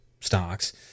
stocks